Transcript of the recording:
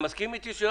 אתה מסכים אתי?